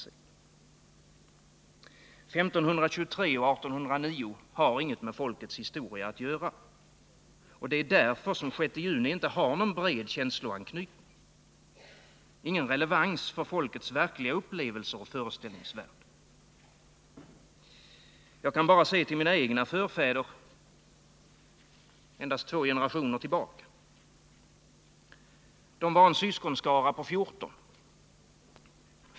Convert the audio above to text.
Årtalen 1523 och 1809 har inget med folkets historia att göra. Det är därför som den 6 juni inte har någon bred känsloanknytning och inte heller relevans för folkets verkliga upplevelser och föreställningsvärld. Jag kan se till mina egna förfäder bara två generationer tillbaka. En av dem föddes i en syskonskara på 14.